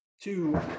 Two